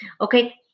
Okay